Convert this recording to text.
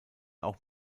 auch